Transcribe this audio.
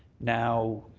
now,